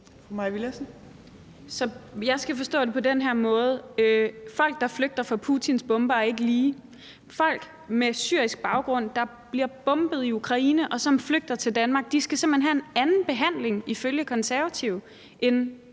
jeg forstå det på den måde, at folk, der flygter fra Putins bomber, ikke er lige? Folk med syrisk baggrund, der bliver bombet i Ukraine, og som flygter til Danmark, skal ifølge Konservative simpelt hen have en anden behandling end folk med